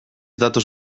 datoz